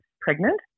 pregnant